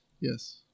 Yes